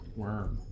worm